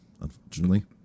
unfortunately